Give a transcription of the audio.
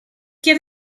get